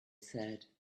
said